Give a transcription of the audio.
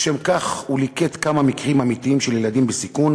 לשם כך הוא ליקט כמה מקרים אמיתיים של ילדים בסיכון